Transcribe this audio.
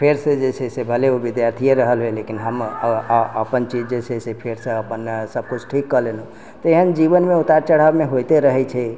तऽ फेरसँ जे छै से ओ विद्यार्थीये रहल होइ लेकिन हम अपन चीज जे छै से फेरसँ अपन सब किछु ठीक कऽ लेलहुँ तऽ एहन जीवनमे उतार चढ़ावमे होइते रहैत छै